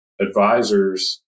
advisors